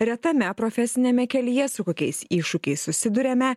retame profesiniame kelyje su kokiais iššūkiais susiduriame